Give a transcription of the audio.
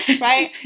right